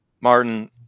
martin